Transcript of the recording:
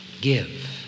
give